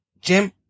Jim